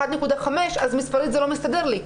1.5 מיליון אז מספרית זה לא מסתדר לי.